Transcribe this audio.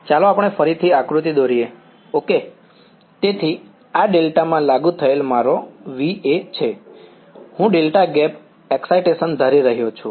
ચાલો આપણે ફરીથી આક્રુતિ દોરીએ ઓકે તેથી આ ડેલ્ટામાં લાગુ થયેલ મારો VA છે હું ડેલ્ટા ગેપ એક્સાઈટેશન ધારી રહ્યો છું